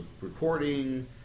recording